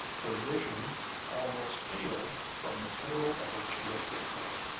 her vision almost failed from the terrible effort she had put forth.